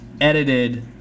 edited